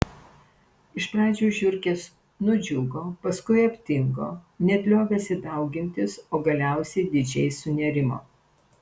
iš pradžių žiurkės nudžiugo paskui aptingo net liovėsi daugintis o galiausiai didžiai sunerimo